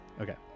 Okay